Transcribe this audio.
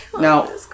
Now